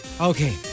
Okay